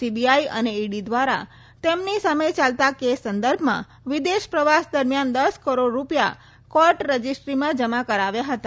CBI અને ED ધ્વારા તેમની સામે ચાલતા કેસ સંદર્ભમાં વિદેશ પ્રવાસ દરમિયાન દસ કરોડ રૂપિયા કોર્ટ રજીસ્ટ્રીમાં જમા કરાવ્યા હતા